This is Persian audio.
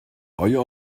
آیا